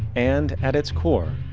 and at its core,